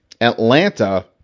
Atlanta